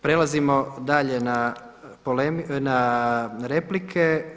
Prelazimo dalje na replike.